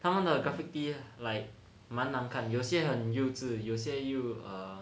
他们的 graphic tee 蛮难看有很幼稚有些又 err